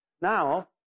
now